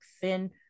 thin